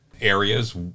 areas